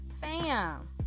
fam